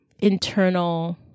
internal